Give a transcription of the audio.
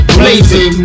blazing